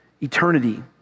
Eternity